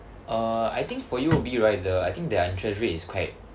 err I think for U_O_B right the I think their interest rate is quite